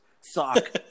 sock